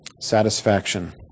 satisfaction